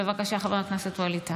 בבקשה, חבר הכנסת ווליד טאהא.